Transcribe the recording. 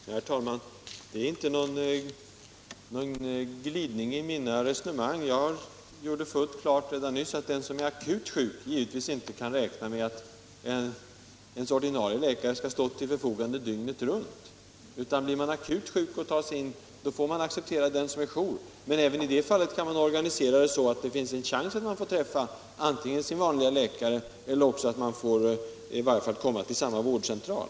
Herr talman! Det är inte någon glidning i mitt resonemang. Jag gjorde fullt klart nyss, att den som är akut sjuk givetvis inte kan räkna med att hans eller hennes ordinarie läkare skall stå till förfogande dygnet runt. Blir man akut sjuk får man acceptera den som är jour. Men även i det fallet kan det hela organiseras så, att det finns en chans att man får träffa sin vanliga läkare, eller i varje fall får komma till samma vårdcentral.